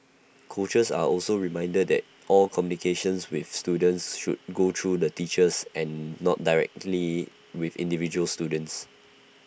coaches are also reminded that all communication with students should go through the teachers and not directly with individual students